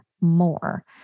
more